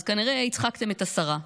אז כנראה הצחקתם את השרה.